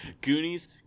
goonies